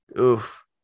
oof